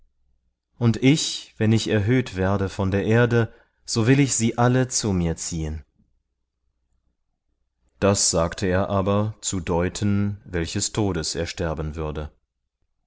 und ich wenn ich erhöht werde von der erde so will ich sie alle zu mir ziehen das sagte er aber zu deuten welches todes er sterben würde